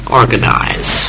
organize